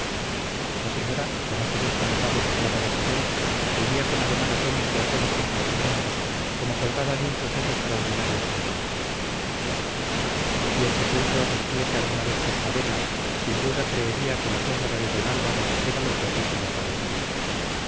la señora con ojos espantados y clavados en él seguía con ademán atónito todos sus movimientos como colgada de un suceso extraordinario y sobrenatural si el sepulcro rompiese alguna vez sus cadenas sin duda creería que la sombra de don álvaro era lo que así se le aparecía